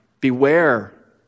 beware